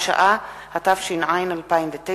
התש”ע 2009,